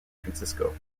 francisco